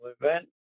event